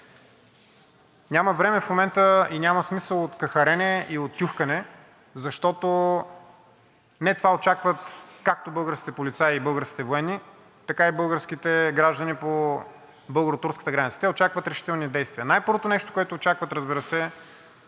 Няма време в момента и няма смисъл от кахърене и от тюхкане, защото не това очакват както българските полицаи и българските военни, така и българските граждани по българо-турската граница. Те очакват решителни действия. Най-първото нещо, което очакват, разбира се,